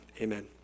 Amen